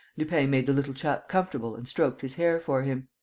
lupin made the little chap comfortable and stroked his hair for him.